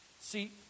See